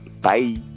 bye